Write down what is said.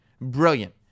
Brilliant